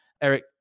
Eric